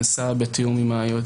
הצעה ממשלתית ואחרי זה תיקנו אותה.